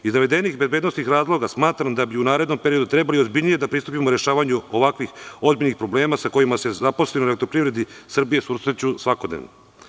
Iz navedenih bezbednosnih razloga, smatram da bi u narednom periodu trebalo ozbiljnije da pristupimo rešavanju ovakvih ozbiljnih problema sa kojima se zaposleni u EPS susreću svakodnevno.